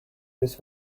this